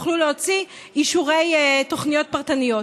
יוכלו להוציא אישורי תוכניות פרטניות.